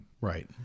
right